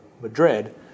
Madrid